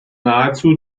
nahezu